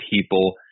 people